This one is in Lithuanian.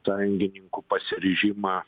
sąjungininkų pasiryžimą